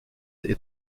est